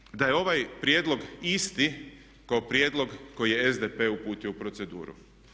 Kažete da je ovaj prijedlog isti kao prijedlog koji je SDP uputio u proceduru.